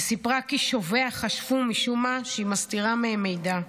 וסיפרה כי שוביה חשבו משום מה שהיא מסתירה מהם מידע.